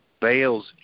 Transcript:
bale's